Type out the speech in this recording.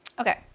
Okay